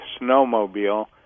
snowmobile